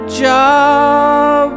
job